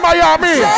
Miami